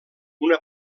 una